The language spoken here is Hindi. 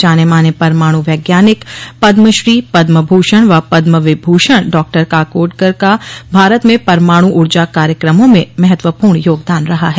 जाने माने परमाणु वैज्ञानिक पद्म श्री पद्म भूषण व पद्मविभूषण डॉ काकोडकर का भारत में परमाणु ऊर्जा कार्यक्रमों में महत्वपूर्ण योगदान रहा है